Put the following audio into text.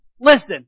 Listen